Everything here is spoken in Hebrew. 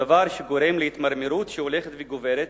דבר שגורם להתמרמרות שהולכת וגוברת.